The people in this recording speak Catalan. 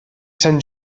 sant